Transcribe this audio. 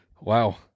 Wow